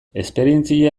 esperientzia